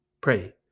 pray